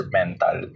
mental